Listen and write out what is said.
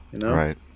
Right